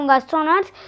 astronauts